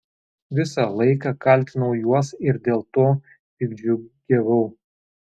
visą laiką kaltinau juos ir dėl to piktdžiugiavau